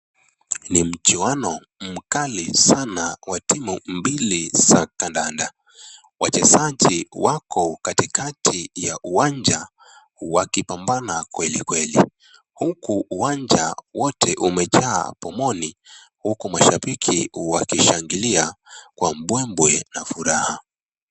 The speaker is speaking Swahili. Ni mchuano mkali sana wa timu mbili za kandanda. Wachezaji wako katikati ya uwanja wakipampana kwelikweli. Huku uwanja wote umejaa pomoni huku mashabiki wakishangilia kwa mbwe mbwe na furaha.